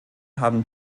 haben